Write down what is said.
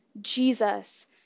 Jesus